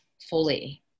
fully